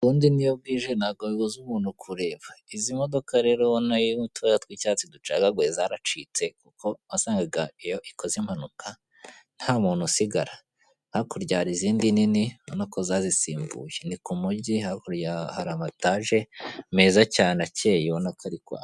Ubundi n'iyo bwije ntabwo bibuza umuntu kureba, izi modoka rero irimo utubara tw'icyatsi ducagaguye zaracitse kuko wasangaga iyo ikoze impanuka nta muntu usigara, hakurya hari izindi nini urabona ko zazisimbuye ni ku mujyi, hakurya ya hari amatage meza cyane akeye ubona ko ari kwaka.